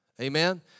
Amen